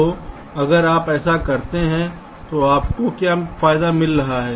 तो अगर आप ऐसा करते हैं तो आपको क्या फायदा मिल रहा है